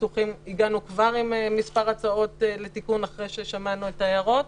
הגענו כבר עם מספר הצעות לתיקון אחרי ששמענו את ההערות.